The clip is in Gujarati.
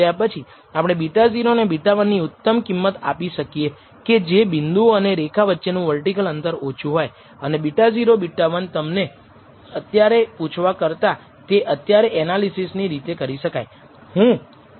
હવે આપણે બતાવી શકીએ કે SST હંમેશાં SSE કરતા વધુ બનશે કારણ કે SSE ત્યાં બે પરિમાણો ફીટ કરીને મેળવવામાં આવ્યું હતું માટે તમારે એરરને ઘટાડવામાં સમર્થ હોવું જોઈએ કદાચ થોડુંક પરંતુ તમે હંમેશાં એરરને ઘટાડવામાં સમર્થ હશો